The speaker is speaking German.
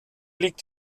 liegt